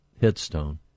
headstone